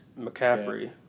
McCaffrey